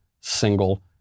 single